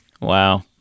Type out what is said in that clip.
Wow